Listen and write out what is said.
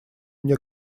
мне